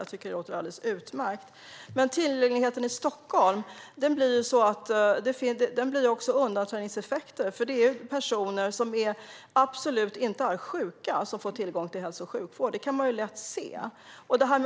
Jag tycker att det låter alldeles utmärkt. Men i Stockholm blir det också undanträngningseffekter. Det är personer som absolut inte är sjuka som får tillgång till hälso och sjukvård; det kan man lätt se.